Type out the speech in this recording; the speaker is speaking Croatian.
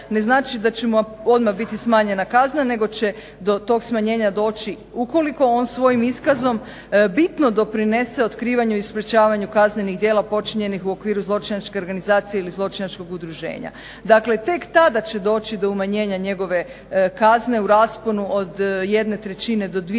ne znači da će mu odmah biti smanjena kazna nego će do tog smanjenja doći ukoliko on svojim iskazom bitno doprinese otkrivanju i sprječavanju kaznenih djela počinjenih u okviru zločinačke organizacije ili zločinačkog udruženja. Dakle, tek tada će doći do umanjenja njegove kazne u rasponu od jedne trećine do dvije trećine